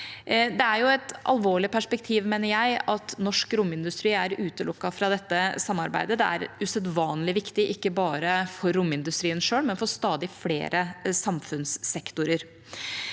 Det er et alvorlig perspektiv, mener jeg, at norsk romindustri er utelukket fra dette samarbeidet. Det er usedvanlig viktig, ikke bare for romindustrien selv, men for stadig flere samfunnssektorer.